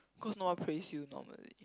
because no one press you normally